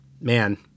man